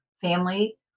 family